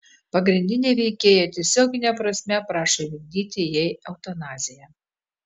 pagrindinė veikėja tiesiogine prasme prašo įvykdyti jai eutanaziją